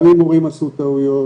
גם אם הורים עשו טעויות,